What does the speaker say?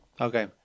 okay